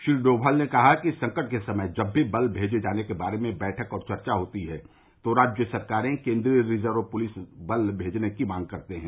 श्री डोमाल ने कहा कि संकट के समय जब भी बल भेजे जाने के बारे में बैठक और चर्चा होती है तो राज्य सरकारें केन्द्रीय रिजर्व पुलिस मेजने की मांग करते हैं